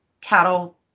cattle